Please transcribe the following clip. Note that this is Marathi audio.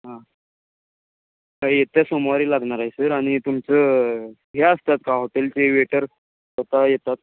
हां हां येत्या सोमवारी लागणार आहे सर आणि तुमचं हे असतात का हॉटेलचे वेटर स्वतः येतात